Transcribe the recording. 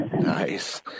Nice